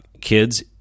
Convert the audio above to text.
kids